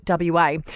WA